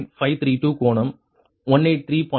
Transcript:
532 கோணம் 183